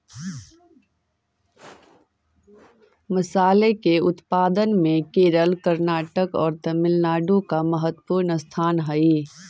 मसाले के उत्पादन में केरल कर्नाटक और तमिलनाडु का महत्वपूर्ण स्थान हई